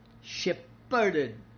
shepherded